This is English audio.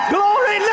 Glory